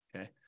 Okay